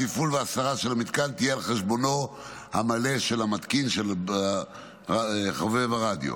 התפעול וההסרה של המתקן יהיו על חשבונו המלא של המתקין חובב הרדיו.